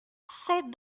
said